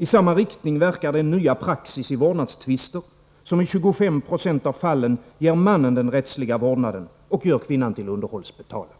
I samma riktning verkar den nya praxis i vårdnadstvister, som i 25 96 av fallen ger mannen den rättsliga vårdnaden och gör kvinnan till underhållsbetalare.